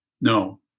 No